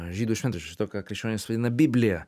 žydų šventraščio to ką krikščionys vadina biblija